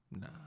Nah